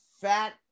fat